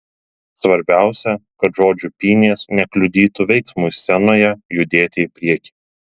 svarbiausia kad žodžių pynės nekliudytų veiksmui scenoje judėti į priekį